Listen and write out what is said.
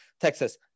Texas